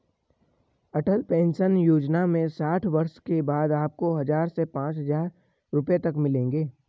अटल pension Yojana में साठ वर्ष के बाद आपको हज़ार से पांच हज़ार रुपए तक मिलेंगे